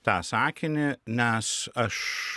tą sakinį nes aš